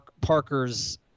Parker's